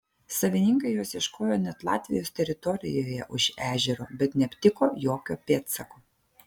savininkai jos ieškojo net latvijos teritorijoje už ežero bet neaptiko jokio pėdsako